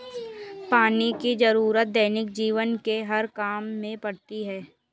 पानी की जरुरत दैनिक जीवन के हर काम में पड़ती है